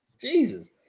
Jesus